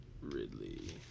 Ridley